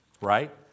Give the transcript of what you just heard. Right